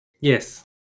Yes